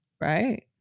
Right